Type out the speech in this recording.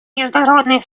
международное